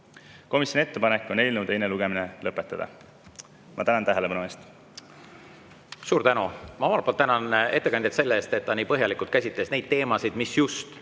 Komisjoni ettepanek on eelnõu teine lugemine lõpetada. Ma tänan tähelepanu eest. Suur tänu! Ma omalt poolt tänan ettekandjat selle eest, et ta nii põhjalikult käsitles neid teemasid, mille